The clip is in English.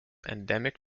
endemic